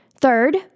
Third